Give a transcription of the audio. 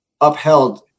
upheld